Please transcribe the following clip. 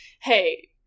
hey